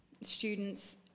students